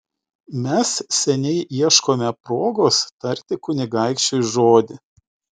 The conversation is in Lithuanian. mes seniai ieškome progos tarti kunigaikščiui žodį